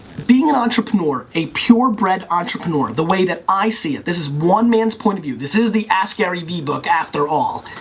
being an entrepreneur, a purebred entrepreneur the way that i see it, this is one man's point of view, this is the askgaryvee book, after all,